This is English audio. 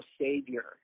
savior